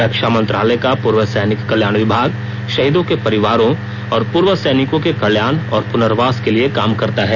रक्षा मंत्रालय का पूर्व सैनिक कल्याण विभाग शहीदों के परिवारों और पूर्व सैनिकों के कल्याण और पुनर्वास के लिए काम करता है